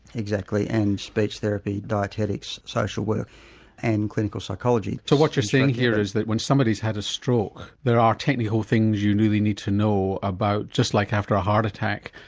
exactly and speech therapy, diatetics, social work and clinical psychology. so what you're saying here is that when somebody has had a stroke there are technical things you really need to know about, just like after a heart attack,